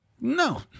No